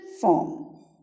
form